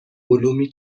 علومی